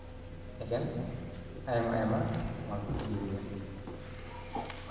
ᱮᱠᱮᱱ ᱟᱭᱢᱟ ᱟᱭᱢᱟ ᱢᱟᱞᱠᱚ ᱤᱫᱤ ᱜᱮᱭᱟ